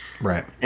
Right